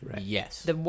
Yes